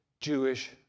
Jewish